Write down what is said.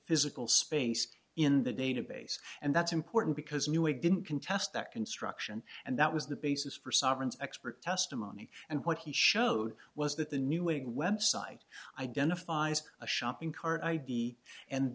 physical space in the database and that's important because newegg didn't contest that construction and that was the basis for sovereigns expert testimony and what he showed was that the newegg website identifies a shopping cart id and